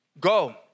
go